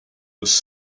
was